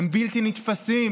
הם בלתי נתפסים,